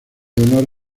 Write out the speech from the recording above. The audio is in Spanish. honor